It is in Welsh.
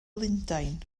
lundain